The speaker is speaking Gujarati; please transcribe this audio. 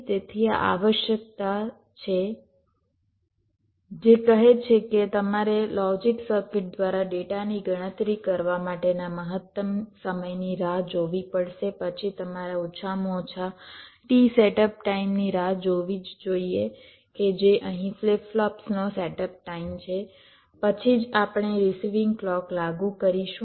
તેથી આ આવશ્યકતા છે જે કહે છે કે તમારે લોજિક સર્કિટ દ્વારા ડેટાની ગણતરી કરવા માટેના મહત્તમ સમયની રાહ જોવી પડશે પછી તમારે ઓછામાં ઓછા t સેટઅપ ટાઇમની રાહ જોવી જ જોઇએ કે જે અહીં ફ્લિપ ફ્લોપ્સનો સેટઅપ ટાઇમ છે પછી જ આપણે રીસિવિંગ ક્લૉક લાગુ કરીશું